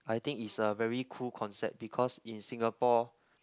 I think it's a very cool concept because in Singapore